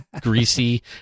greasy